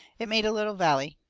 it made a little valley.